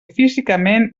físicament